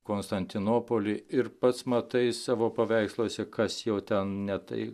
konstantinopolį ir pats matai savo paveiksluose kas jau ten ne tai